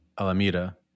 Alameda